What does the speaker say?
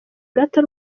gato